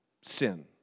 Sin